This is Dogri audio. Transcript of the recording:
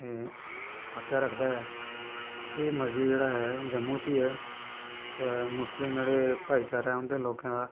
एह् रक्खदा ऐ एह् मस्जिद जेह्ड़ा ऐ जम्मू च गै ऐ ते मुस्लिम जेह्ड़े भाईचारा ऐ उं'दे लोकें दा